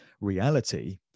reality